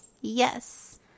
Yes